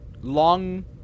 long